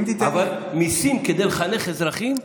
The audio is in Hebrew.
אבל מיסים כדי לחנך אזרחים,